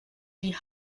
die